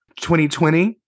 2020